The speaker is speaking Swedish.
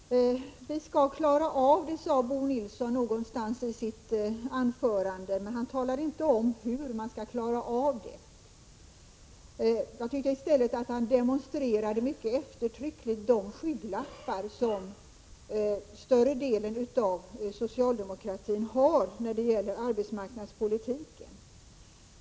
Herr talman! Vi skall klara av det, sade Bo Nilsson i sitt anförande. Men han talade inte om hur man skall klara av det. Jag tycker att han mycket eftertryckligt demonstrerade de skygglappar som större delen av socialdemokratin har när det gäller arbetsmarknadspolitiken.